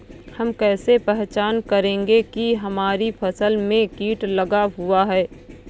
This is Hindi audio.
हम कैसे पहचान करेंगे की हमारी फसल में कीट लगा हुआ है?